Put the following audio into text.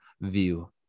view